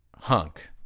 Hunk